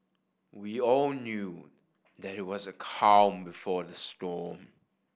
we all knew that it was the calm before the storm